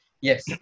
Yes